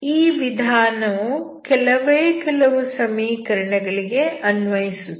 ಈ ವಿಧಾನವು ಕೆಲವೇ ಕೆಲವು ಸಮೀಕರಣಗಳಿಗೆ ಅನ್ವಯಿಸುತ್ತದೆ